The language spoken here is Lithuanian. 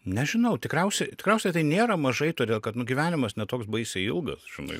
nežinau tikriausiai tikriausiai tai nėra mažai todėl kad nu gyvenimas ne toks baisiai ilgas žinai